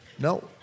No